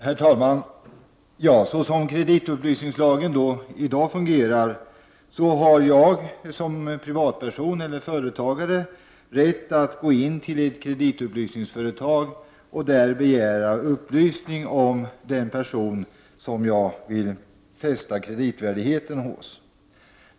Herr talman! Såsom kreditupplysningslagen i dag fungerar har jag som privatperson eller företagare rätt att vända mig till ett kreditupplysningsföretag och där begära upplysning om den person som jag vill testa kreditvärdigheten hos.